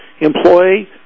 employee